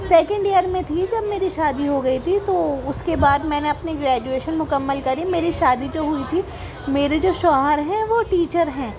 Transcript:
second year میں تھی تو میری شادی ہو گئی تھی تو اس کے بعد میں نے اپنے گریجویشن مکمل کری میری شادی جو ہوئی تھی میرے جو شوہر ہیں وہ ٹیچر ہیں